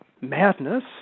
madness